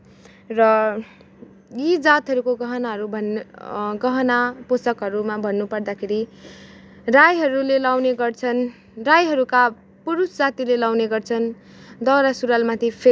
र यी जातहरूको गहनाहरू भन्न गहना पोसाकहरूमा भन्न पर्दाखेरि राईहरूले लाउने गर्छन राईहरूका पुरुष जातिले लाउने गर्छन् दाउरा सुरुवाल माथी फेङ्गा